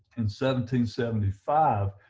and seventy seventy five,